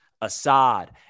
Assad